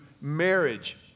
marriage